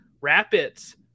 Rapids